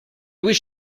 was